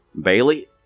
Bailey